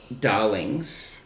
darlings